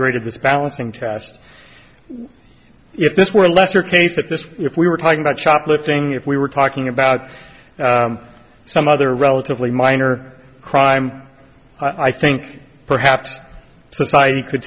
great of this balancing test if this were a lesser case at this if we were talking about shoplifting if we were talking about some other relatively minor crime i think perhaps society could